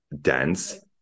dense